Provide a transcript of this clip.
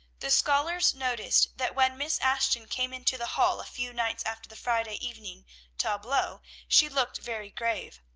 the scholars noticed that when miss ashton came into the hall a few nights after the friday evening tableaux she looked very grave.